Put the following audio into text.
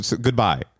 goodbye